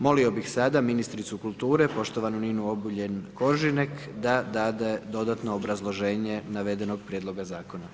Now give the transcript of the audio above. Molio bih sada ministricu kulture, poštovanu Ninu Obuljen Koržinek da dade dodatno obrazloženje navedenog prijedloga zakona.